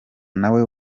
nawe